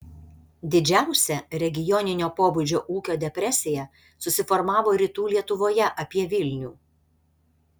didžiausia regioninio pobūdžio ūkio depresija susiformavo rytų lietuvoje apie vilnių